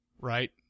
Right